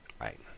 Right